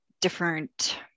different